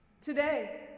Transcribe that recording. Today